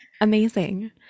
Amazing